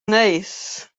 neis